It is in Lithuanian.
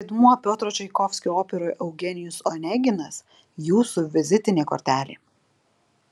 vaidmuo piotro čaikovskio operoje eugenijus oneginas jūsų vizitinė kortelė